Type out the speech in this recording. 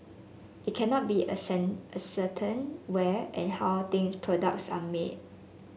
it cannot be ascertained where and how these products are made